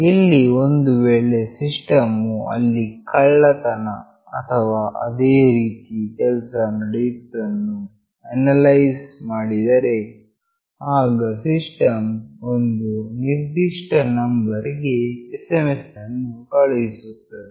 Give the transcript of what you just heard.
ಇಲ್ಲಿ ಒಂದು ವೇಳೆ ಸಿಸ್ಟಮ್ ವು ಅಲ್ಲಿ ಕಳ್ಳತನ ಅಥವಾ ಅದೇ ರೀತಿಯ ಕೆಲಸ ನಡೆಯುವುದನ್ನು ಅನಲೈಸ್ ಮಾಡಿದರೆ ಆಗ ಸಿಸ್ಟಮ್ ವು ಒಂದು ನಿರ್ದಿಷ್ಟ ನಂಬರ್ ಗೆ SMS ಅನ್ನು ಕಳುಹಿಸುತ್ತದೆ